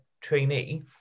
trainee